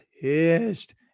pissed